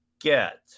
get